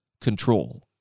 control